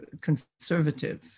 conservative